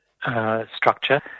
structure